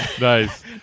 Nice